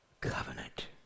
covenant